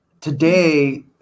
today